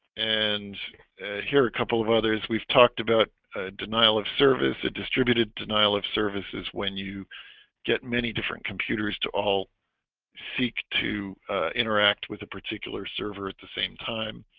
and here a couple of others we've talked about denial of service a distributed denial of services when you get many different computers to all seek to interact with a particular server at the same time